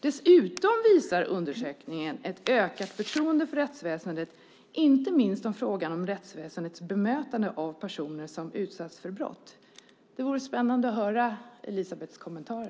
Dessutom visar undersökningen ett ökat förtroende för rättsväsendet, inte minst i frågan om rättsväsendets bemötande av personer som utsatts för brott. Det vore spännande att höra Elisebehts kommentarer.